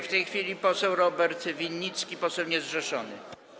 W tej chwili poseł Robert Winnicki, poseł niezrzeszony.